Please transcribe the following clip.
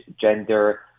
gender